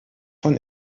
von